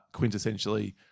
quintessentially